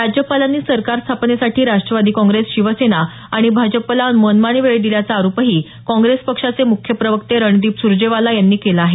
राज्यपालांनी सरकार स्थापनेसाठी राष्ट्रवादी काँग्रेस शिवसेना आणि भाजपला मनमानी वेळ दिल्याचा आरोपही काँग्रेस पक्षाचे मुख्य प्रवक्ते रणदीप सुरजेवाला यांनी केला आहे